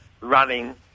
running